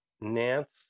Nance